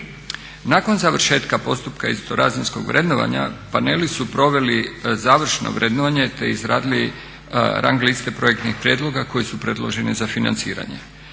Nakon završetka postupka istorazinskog vrednovanja paneli su proveli završno vrednovanje te izradili rang liste projektnih prijedloga koji su predloženi za financiranje.